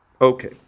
okay